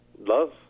love